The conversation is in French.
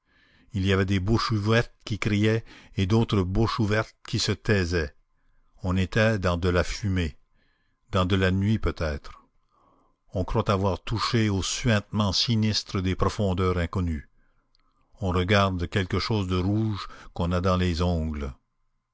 il y avait des bouches ouvertes qui criaient et d'autres bouches ouvertes qui se taisaient on était dans de la fumée dans de la nuit peut-être on croit avoir touché au suintement sinistre des profondeurs inconnues on regarde quelque chose de rouge qu'on a dans les ongles